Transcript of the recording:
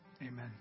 Amen